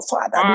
Father